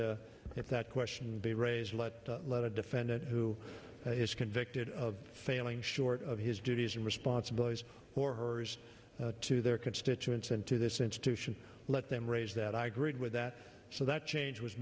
if that question be raised let's let a defendant who is convicted of failing short of his duties and responsibilities or hers to their constituents and to this institution let them raise that i agreed with that so that change was